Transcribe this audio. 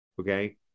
okay